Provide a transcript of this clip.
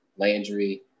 Landry